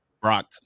Brock